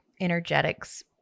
energetics